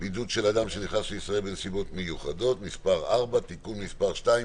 (בידוד של אדם שנכנס לישראל בנסיבות מיוחדות) (מס' 4) (תיקון מס' 2),